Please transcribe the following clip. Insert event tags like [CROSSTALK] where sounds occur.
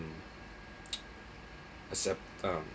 [NOISE] except um